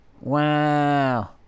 Wow